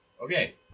Okay